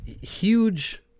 huge